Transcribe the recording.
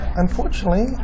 Unfortunately